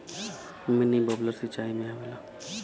mini bubbler सिचाई में आवेला